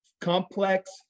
complex